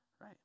Right